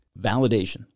validation